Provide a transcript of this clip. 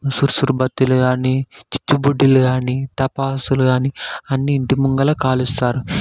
చురుచురుబత్తీలు కాని చిచ్చుబుడ్డిలు కాని టపాసులు కాని అన్నీ ఇంటిముంగల కాలుస్తారు